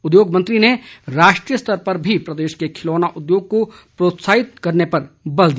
उद्योग मंत्री ने राष्ट्रीय स्तर पर भी प्रदेश के खिलौना उद्योग को प्रात्साहित करने पर बल दिया